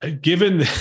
given